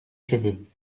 cheveux